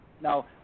now